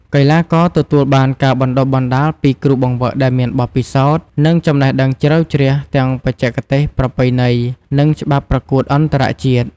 កីឡាករទទួលបានការបណ្ដុះបណ្ដាលពី គ្រូបង្វឹកដែលមានបទពិសោធន៍ និងចំណេះដឹងជ្រៅជ្រះទាំងបច្ចេកទេសប្រពៃណី និងច្បាប់ប្រកួតអន្តរជាតិ។